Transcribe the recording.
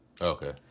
Okay